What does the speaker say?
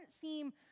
seem